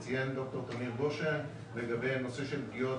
וציין ד"ר תמיר גשן לגבי נושא של פגיעות